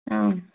ആ